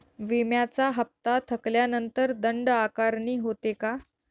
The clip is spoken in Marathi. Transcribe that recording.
विम्याचा हफ्ता थकल्यानंतर दंड आकारणी होते का?